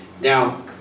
Now